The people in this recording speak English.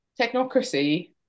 technocracy